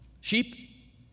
Sheep